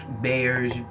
bears